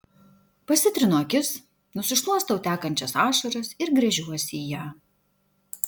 pasitrinu akis nusišluostau tekančias ašaras ir gręžiuosi į ją